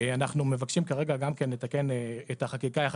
מבקשים כרגע גם כן לתקן את החקיקה יחד